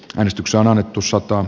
menestys on annettu sotaan